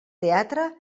teatre